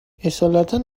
اصالتا